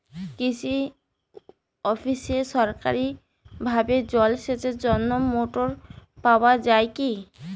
কৃষি অফিসে সরকারিভাবে জল সেচের জন্য মোটর পাওয়া যায় কি?